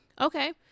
Okay